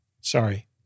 sorry